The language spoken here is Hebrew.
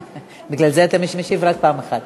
בגלל זה אתה משיב רק פעם אחת.